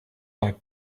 like